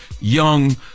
young